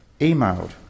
emailed